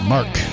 Mark